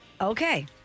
Okay